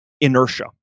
inertia